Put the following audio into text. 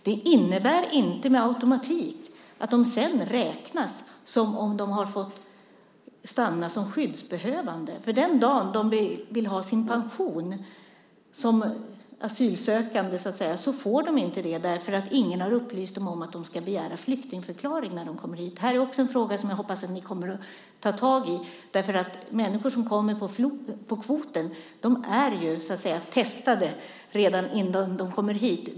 Det innebär inte med automatik att de sedan räknas som om de har fått stanna som skyddsbehövande, för den dag som de vill ha sin pension som asylsökande får de den inte därför att ingen har upplyst dem om att de ska begära flyktingförklaring när de kommer hit. Detta är också en fråga som jag hoppas att ni kommer att ta tag i. Människor som kommer hit som kvotflyktingar är testade, så att säga, redan innan de kommer hit.